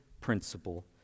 principle